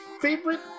favorite